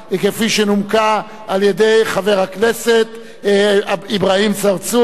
כפי שנומקה על-ידי חבר הכנסת אברהים צרצור,